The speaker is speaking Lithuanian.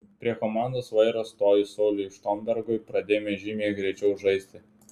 prie komandos vairo stojus sauliui štombergui pradėjome žymiai greičiau žaisti